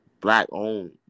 Black-owned